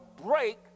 break